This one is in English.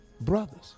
Brothers